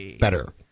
better